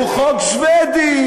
הוא חוק שבדי.